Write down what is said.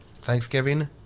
Thanksgiving